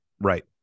Right